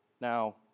Now